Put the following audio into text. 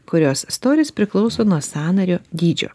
kurios storis priklauso nuo sąnario dydžio